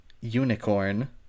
unicorn